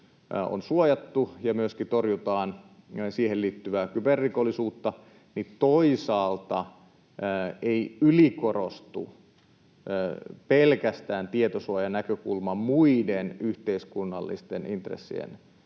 on suojattu ja torjutaan siihen liittyvää kyberrikollisuutta, kuin toisaalta se, ettei liikaa ylikorostu pelkästään tietosuojanäkönäkökulma muiden yhteiskunnallisten intressien